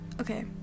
okay